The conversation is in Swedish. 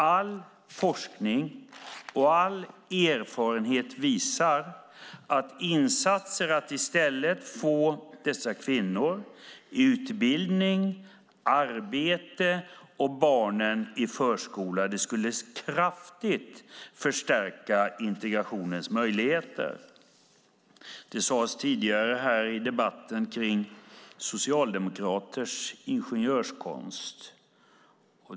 All forskning och all erfarenhet visar att insatser för att i stället få dessa kvinnor i utbildning och arbete samt barnen i förskola kraftigt skulle förstärka integrationens möjligheter. Tidigare i debatten nämndes socialdemokraters ingenjörskonst.